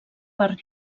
per